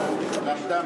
החלטת,